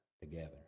together